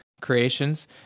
creations